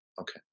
Okay